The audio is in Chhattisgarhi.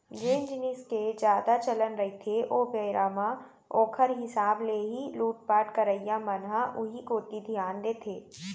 जेन जिनिस के जादा चलन रहिथे ओ बेरा म ओखर हिसाब ले ही लुटपाट करइया मन ह उही कोती धियान देथे